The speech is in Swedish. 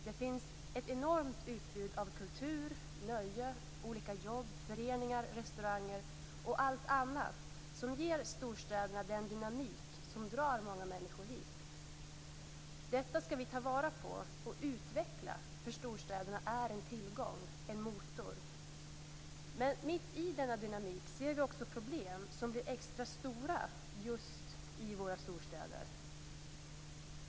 Det finns ett enormt utbud av kultur, nöjen, olika jobb, föreningar, restauranger och allt annat som ger storstäderna den dynamik som drar många människor dit. Detta skall vi ta vara på och utveckla, för storstäderna är en tillgång, en motor. Men i mitt i denna dynamik ser vi också problem som blir extra stora just i våra storstäder.